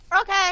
Okay